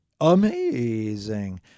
amazing